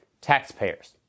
taxpayers